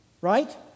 right